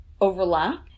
overlap